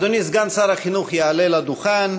אדוני סגן שר החינוך יעלה לדוכן